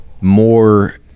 more –